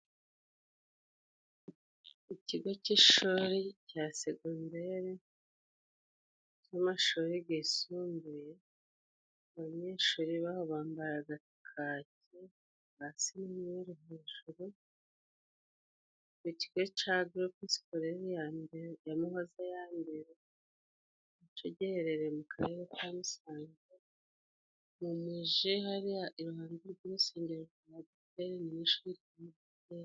Ikigo cy'ishuri cya segonderi cy'amashuri gisumbuye abanyeshuri baho bambaraga kake hasi, imyeru hejuru ni ikigo ca Gurupe sikorere ya mbere ya Muhoze ya mbere na co giherereye mu Karere ka Musanze mu muji hariya iruhande rw'urusengero rwa Adeperi.